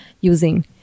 using